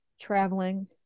traveling